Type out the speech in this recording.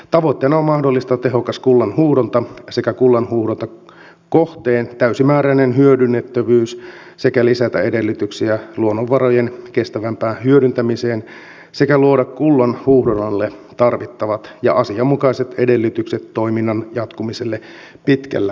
tavoitteena on mahdollistaa tehokas kullanhuuhdonta sekä kullanhuuhdontakohteen täysimääräinen hyödynnettävyys sekä lisätä edellytyksiä luonnonvarojen kestävämpään hyödyntämiseen sekä luoda kullanhuuhdonnalle tarvittavat ja asianmukaiset edellytykset toiminnan jatkumiselle pitkällä aikavälillä